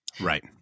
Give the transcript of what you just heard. Right